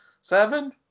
seven